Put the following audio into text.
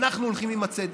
אנחנו הולכים עם הצדק,